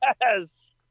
yes